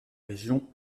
région